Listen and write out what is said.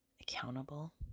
accountable